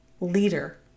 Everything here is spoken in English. leader